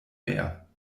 mehr